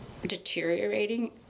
deteriorating